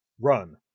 Run